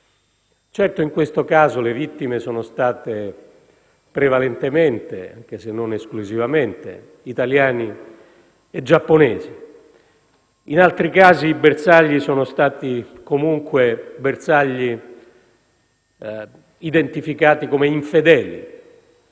certo in questo caso le vittime sono state prevalentemente, anche se non esclusivamente, italiani e giapponesi. In altri casi i bersagli sono stati comunque bersagli identificati come infedeli;